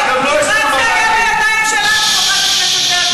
אם רק זה היה בידיים שלנו, חברת הכנסת ברקו.